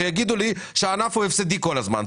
שיגידו לי שהענף הפסדי כל הזמן.